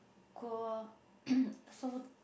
cool so